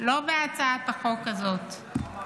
לא בהצעת החוק הזאת.